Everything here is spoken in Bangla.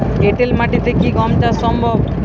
এঁটেল মাটিতে কি গম চাষ সম্ভব?